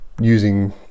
using